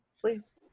Please